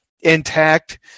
intact